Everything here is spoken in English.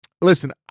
Listen